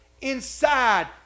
inside